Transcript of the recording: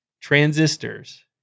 transistors